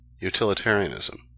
Utilitarianism